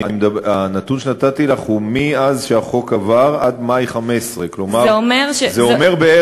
הנתון שנתתי לך הוא מאז שהחוק עבר עד מאי 2015. זה אומר בערך,